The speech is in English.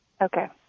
Okay